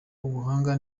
ubuhanga